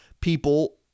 people